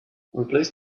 replace